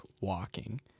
walking